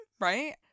right